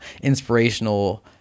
inspirational